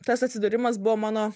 tas atsidūrimas buvo mano